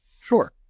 Sure